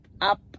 up